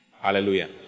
Hallelujah